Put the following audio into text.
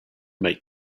make